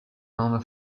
nome